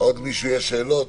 לעוד מישהו יש שאלות?